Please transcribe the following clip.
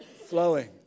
flowing